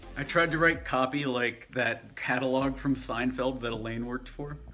i tried to write copy like that catalog from seinfeld that elaine worked for.